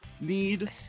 need